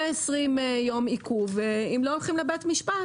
מ-20 יום עיכוב, אם לא הולכים לבית משפט